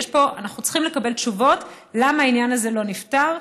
ואנחנו צריכים לקבל תשובות למה העניין הזה לא נפתר.